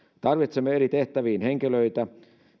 tarvitsemme eri tehtäviin henkilöitä